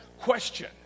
question